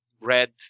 red